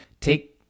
take